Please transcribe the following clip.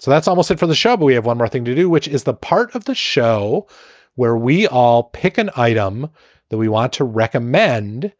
so that's almost it for the show. but we have one more thing to do, which is the part of the show where we all pick an item that we want to recommend